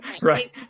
Right